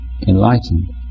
enlightened